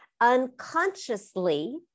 Unconsciously